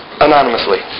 anonymously